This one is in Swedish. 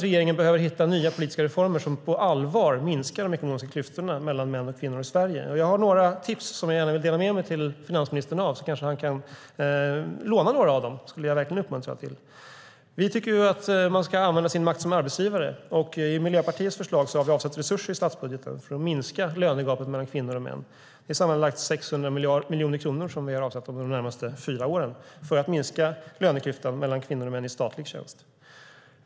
Regeringen behöver hitta nya politiska reformer som på allvar minskar de ekonomiska klyftorna mellan män och kvinnor i Sverige. Jag har några tips som jag gärna vill dela med mig av till finansministern, och han kanske kan låna några av dem. Det skulle jag verkligen uppmuntra till. Vi anser att man ska använda sin makt som arbetsgivare. Vi har i Miljöpartiets förslag till statsbudget avsatt resurser för att minska lönegapet mellan kvinnor och män. Det är sammanlagt 600 miljoner kronor som vi har avsatt för de närmaste fyra åren för att minska löneklyftan mellan kvinnor och män i statlig tjänst.